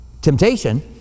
temptation